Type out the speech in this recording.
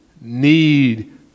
need